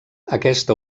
aquesta